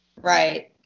Right